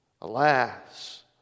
Alas